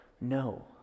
No